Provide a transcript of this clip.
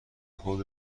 خود